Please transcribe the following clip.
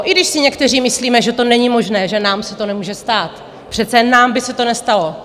I když si někteří myslíme, že to není možné, že nám se to nemůže stát, přece nám by se to nestalo...